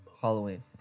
Halloween